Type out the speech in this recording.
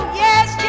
yes